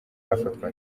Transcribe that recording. afatwa